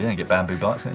and get bamboo bars soon.